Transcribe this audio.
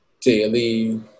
daily